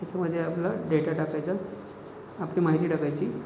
त्याच्यामधे आपला डेटा टाकायचा आपली माहिती टाकायची